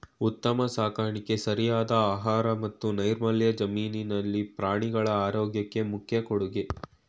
ಉತ್ತಮ ಸಾಕಾಣಿಕೆ ಸರಿಯಾದ ಆಹಾರ ಮತ್ತು ನೈರ್ಮಲ್ಯ ಜಮೀನಿನಲ್ಲಿ ಪ್ರಾಣಿಗಳ ಆರೋಗ್ಯಕ್ಕೆ ಮುಖ್ಯ ಕೊಡುಗೆ